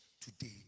today